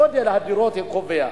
גודל הדירות קובע.